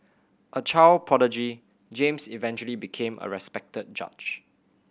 a child prodigy James eventually became a respected judge